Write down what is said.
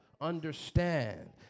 Understand